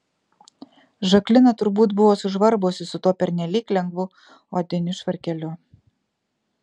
žaklina turbūt buvo sužvarbusi su tuo pernelyg lengvu odiniu švarkeliu